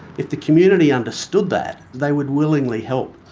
if the community understood that, they would willingly help.